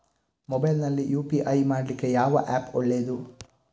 Mobile ನಲ್ಲಿ UPI ಮಾಡ್ಲಿಕ್ಕೆ ಯಾವ ಆ್ಯಪ್ ಒಳ್ಳೇದು?